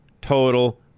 total